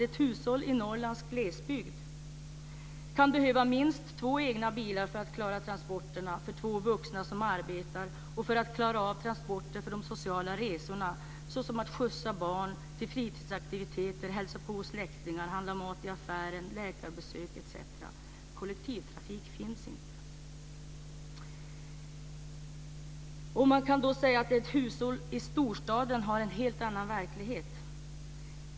Ett hushåll i Norrlands glesbygd kan behöva minst två bilar för att klara transporterna för två vuxna som arbetar och för att klara transporter till sociala resor, t.ex. att skjutsa barnen till fritidsaktiviteter, att hälsa på hos släktingar, att handla mat i affären, för läkarbesök etc. Någon kollektivtrafik finns inte. Ett hushåll i storstaden har en helt annan verklighet.